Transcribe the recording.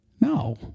No